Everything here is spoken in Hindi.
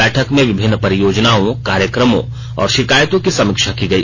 बैठक में विभिन्न परियोजनाओं कार्यक्रमों और शिकायतों की समीक्षा की गई